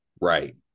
Right